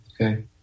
Okay